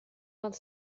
vingt